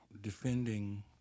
defending